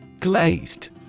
Glazed